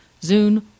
Zune